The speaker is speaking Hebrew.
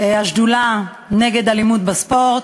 השדולה למניעת אלימות בספורט,